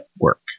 work